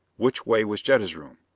which way was jetta's room?